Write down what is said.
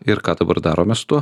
ir ką dabar darome su tuo